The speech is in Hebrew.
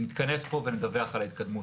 נתכנס פה ונדווח על ההתקדמות.